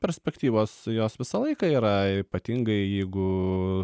perspektyvos jos visą laiką yra ypatingai jeigu